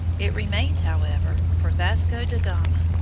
it remained, however, for vasco da gama,